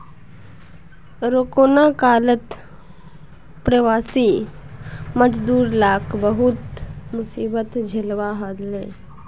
corona कालत प्रवासी मजदूर लाक बहुत मुसीबत झेलवा हले